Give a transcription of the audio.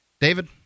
David